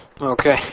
Okay